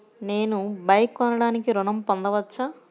నేను బైక్ కొనటానికి ఋణం పొందవచ్చా?